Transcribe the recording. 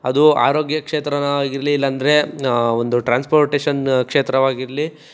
ಅದು ಆರೋಗ್ಯ ಕ್ಷೇತ್ರನಾ ಆಗಿರಲಿ ಇಲ್ಲಾಂದರೆ ಒಂದು ಟ್ರಾನ್ಸ್ಪೋರ್ಟೇಷನ್ ಕ್ಷೇತ್ರವಾಗಿರಲಿ